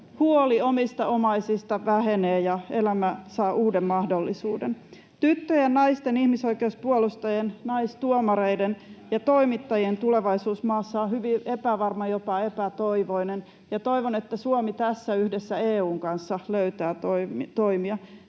Huoli omista omaisista vähenee, ja elämä saa uuden mahdollisuuden. Tyttöjen, naisten, ihmisoikeuspuolustajien, naistuomareiden ja toimittajien tulevaisuus maassa on hyvin epävarma, jopa epätoivoinen, ja toivon, että Suomi tässä yhdessä EU:n kanssa löytää toimia.